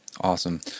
Awesome